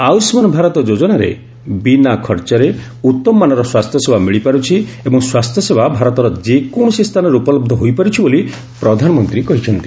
ଆୟୁଷ୍ମାନ ଭାରତ ଯୋଜନାରେ ବିନା ଖର୍ଚ୍ଚରେ ଉତ୍ତମ ମାନର ସ୍ୱାସ୍ଥ୍ୟସେବା ମିଳିପାରୁଛି ଏବଂ ସ୍ୱାସ୍ଥ୍ୟସେବା ଭାରତର ଯେକୌଣସି ସ୍ଥାନରେ ଉପଲବ୍ଧ ହୋଇପାରୁଛି ବୋଲି ପ୍ରଧାନମନ୍ତ୍ରୀ କହିଛନ୍ତି